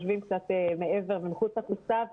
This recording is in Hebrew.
קצת מעבר ומחוץ לקופסה,